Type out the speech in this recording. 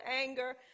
anger